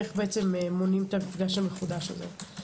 איך מונעים את המפגש המחודש הזה.